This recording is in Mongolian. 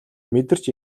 мэдэрч